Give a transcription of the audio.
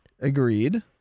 Agreed